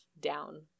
down